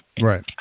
Right